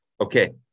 Okay